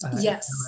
yes